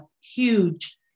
huge